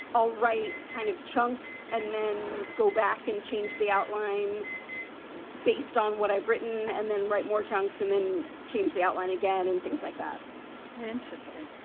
i'll write kind of chunks and then go back and change the outline based on what i've written, and then write more chunks and then change the outline again and things like that interesting.